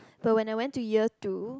but when I went two years to